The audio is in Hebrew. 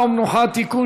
נתקבלה.